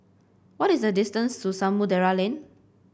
what is the distance to Samudera Lane